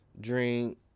drink